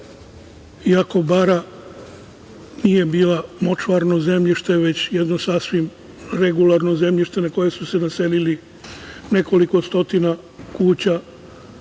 iako bara nije bilo močvarno zemljište, već jedno sasvim regularno zemljište na koje su se doselile nekoliko stotina kuća